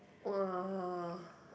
!wah!